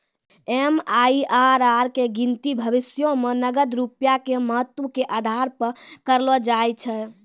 MIRR के गिनती भविष्यो मे नगद रूपया के महत्व के आधार पे करलो जाय छै